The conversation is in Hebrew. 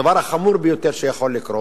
הדבר החמור ביותר שיכול לקרות